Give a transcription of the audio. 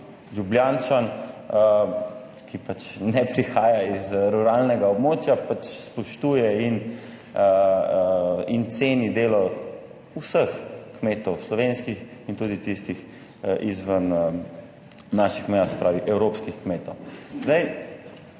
ki pač ne prihaja iz ruralnega območja, pač spoštuje in ceni delo vseh kmetov, slovenskih in tudi tistih izven naših meja, se pravi evropskih kmetov. Zdaj